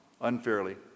unfairly